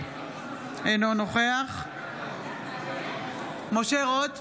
אינו נוכח משה רוט,